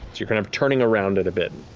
you're kind of turning around it a bit.